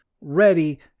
ready